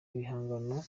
ibihangano